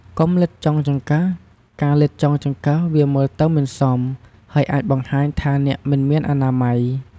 កុំលិទ្ធចុងចង្កឹះ ការលិទ្ធចុងចង្កឹះ វាមើលទៅមិនសម ហើយអាចបង្ហាញថាអ្នកមិនមានអនាម័យ។